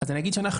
אני אגיד שאנחנו,